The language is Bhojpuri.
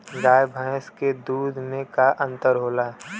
गाय भैंस के दूध में का अन्तर होला?